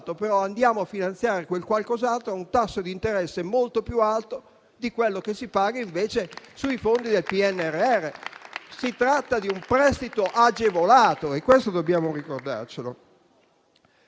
però a finanziare quel qualcos'altro a un tasso di interesse molto più alto di quello che si paga, invece, sui fondi del PNRR. Si tratta di un prestito agevolato e questo dobbiamo ricordarcelo.